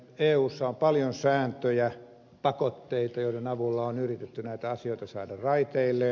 eussa on paljon sääntöjä pakotteita joiden avulla on yritetty näitä asioita saada raiteilleen